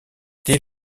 dès